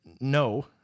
No